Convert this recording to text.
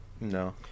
No